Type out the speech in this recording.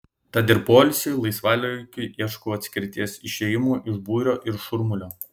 tad ir poilsiui laisvalaikiui ieškau atskirties išėjimo iš būrio ir šurmulio